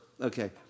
Okay